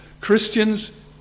Christians